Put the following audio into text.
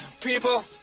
People